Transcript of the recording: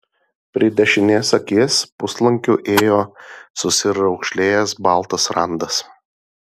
prie dešinės akies puslankiu ėjo susiraukšlėjęs baltas randas